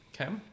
Okay